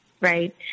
right